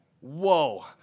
Whoa